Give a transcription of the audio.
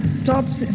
stops